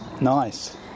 Nice